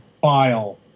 file